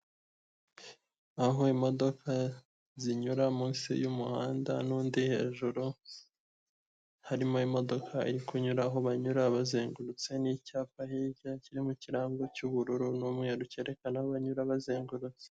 Aho imodoka zinyura munsi y'umuhanda n'undi hejuru harimo imodoka iri kunyura aho banyura bazengurutse n'icyapa hirya kiri mu kirango cy'ubururu n'umweru cyerekana aho banyura bazengurutse.